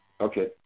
Okay